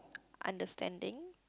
understanding